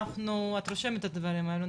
את רושמת את הדברים האלה,